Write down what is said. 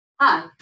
Hi